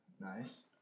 Nice